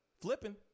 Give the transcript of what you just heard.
Flipping